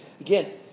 again